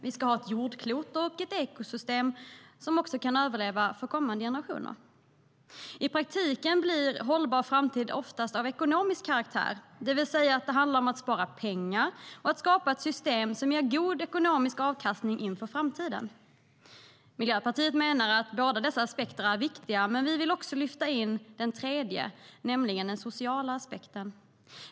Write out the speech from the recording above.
Vi ska ha ett jordklot och ett ekosystem som kan överleva för kommande generationer. Miljöpartiet menar att båda dessa aspekter är viktiga. Men vi vill lyfta in en tredje, nämligen den sociala aspekten.